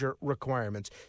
requirements